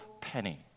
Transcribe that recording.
penny